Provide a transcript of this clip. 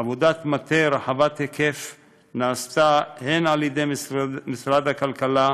עבודת מטה רחבת היקף נעשתה הן על-ידי משרד הכלכלה,